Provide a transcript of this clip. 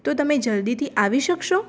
તો તમે જલદીથી આવી શકશો